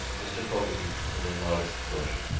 mr. fogarty was a modest grocer.